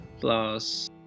plus